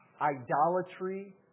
idolatry